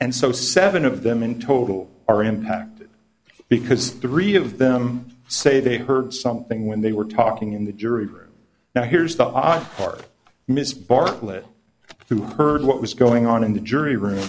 and so seven of them in total are impacted because three of them say they heard something when they were talking in the jury room now here's the odd part miss bartlett who heard what was going on in the jury room